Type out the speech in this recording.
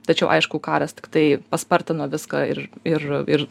tačiau aišku karas tiktai paspartino viską ir ir ir